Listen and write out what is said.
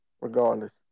regardless